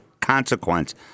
consequence